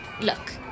look